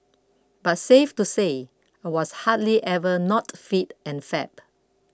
but safe to say I was hardly ever not fit and fab